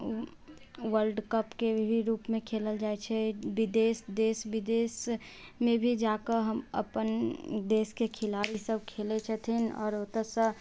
world कपके भी रूपमे भी खेलल जाइत छै विदेश देश विदेशमे भी जाकऽ हम अपन देशके खिलाड़ी सब खेलैत छथिन आओर ओतऽसँ